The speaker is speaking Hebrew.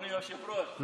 אדוני היושב-ראש.